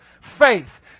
faith